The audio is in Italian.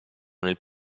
nel